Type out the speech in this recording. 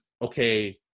Okay